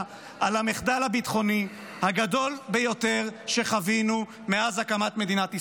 על המחדל הביטחוני הגדול ביותר שחווינו מאז הקמת מדינת ישראל?